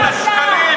שגנבת.